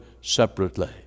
separately